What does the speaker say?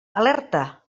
alerta